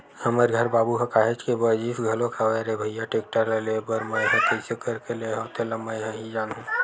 हमर घर बाबू ह काहेच के बरजिस घलोक हवय रे भइया टेक्टर ल लेय बर मैय ह कइसे करके लेय हव तेन ल मैय ह जानहूँ